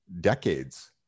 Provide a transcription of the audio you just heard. decades